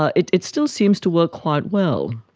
ah it it still seems to work quite well.